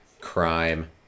crime